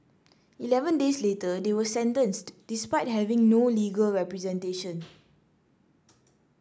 eleven days later they were sentenced despite having no legal representation